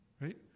Right